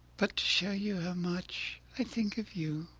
but to show you how much i think of you,